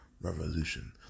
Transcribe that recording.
revolution